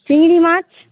চিংড়ি মাছ